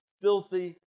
filthy